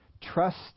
Trust